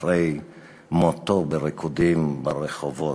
גם אחרי מותו בריקודים ברחובות.